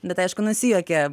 bet aišku nusijuokė